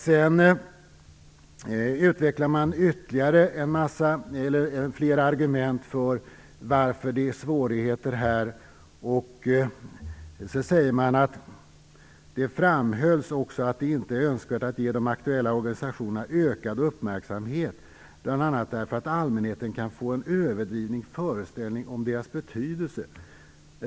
Man utvecklar ytterligare flera argument för att det är svårigheter förenade med detta. Man skriver bl.a.: "Det framhölls också att det inte är önskvärt att ge de aktuella organisationerna ökad uppmärksamhet, bl.a. därför att allmänheten kan få en överdriven föreställning om deras betydelse.